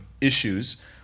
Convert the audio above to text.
issues